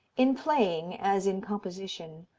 in playing, as in composition,